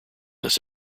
this